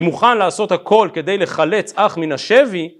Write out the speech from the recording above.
מוכן לעשות הכל כדי לחלץ אח מן השבי?